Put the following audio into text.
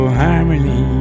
harmony